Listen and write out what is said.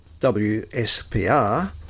WSPR